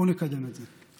בואו נקדם את זה.